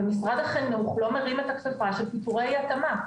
ומשרד החינוך לא מרים את הכפפה של פיטורי התאמה.